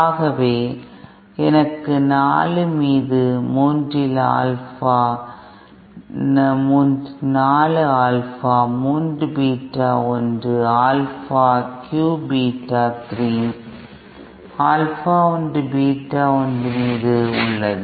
ஆகவே எனக்கு 4 மீது 3 இல் 4 alpha 3 beta 1 alpha 1 cube beta 3 alpha 1 beta 1 மீது உள்ளது